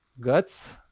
guts